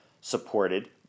supported